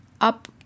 up